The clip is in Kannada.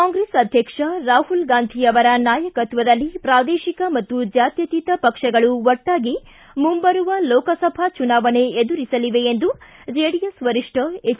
ಕಾಂಗ್ರೆಸ್ ಅಧ್ಯಕ್ಷ ರಾಹುಲ್ ಗಾಂಧಿ ಅವರ ನಾಯಕತ್ವದಲ್ಲಿ ಪ್ರಾದೇಶಿಕ ಮತ್ತು ಜಾತ್ಯತೀತ ಪಕ್ಷಗಳು ಒಟ್ಟಾಗಿ ಮುಂಬರುವ ಲೋಕಸಭಾ ಚುನಾವಣೆ ಎದುರಿಸಲಿವೆ ಎಂದು ಜೆಡಿಎಸ್ ವರಿಷ್ಠ ಎಚ್